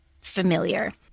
familiar